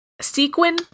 Sequin